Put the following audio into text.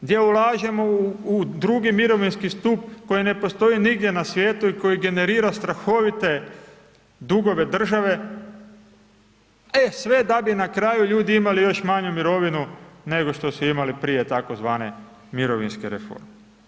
Gdje ulažemo u drugi mirovinski stup koji ne postoji nigdje na svijetu i koji generira strahovite dugove države, e sve da bi na kraju ljudi imali još manju mirovinu nego što su imali prije tzv. mirovinske reforme.